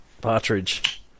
Partridge